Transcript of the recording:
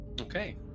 Okay